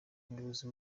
umuyobozi